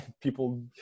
people